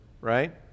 right